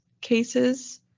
cases